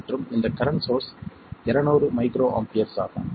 மற்றும் இந்த current source 200 micro amperes ஆகும்